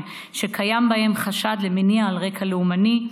שקיים בהם חשד למניע על רקע לאומני,